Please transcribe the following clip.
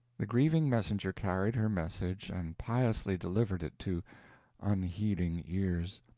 the grieving messenger carried her message, and piously delivered it to unheeding ears.